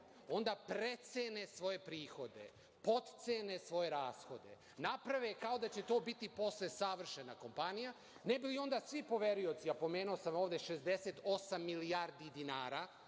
onda precene svoje prihode, potcene svoje rashode, naprave kao da će to biti posle savršena kompanija, ne bi li onda svi poverioci, a pomenuo sam ovde 68 milijardi dinara